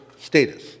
status